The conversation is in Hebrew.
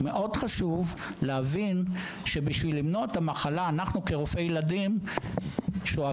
חשוב להבין שבשביל למנוע את המחלה אנחנו כרופאי ילדים שואפים